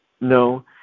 No